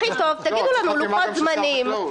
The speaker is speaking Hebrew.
הכי טוב שתגידו לנו לוחות זמנים,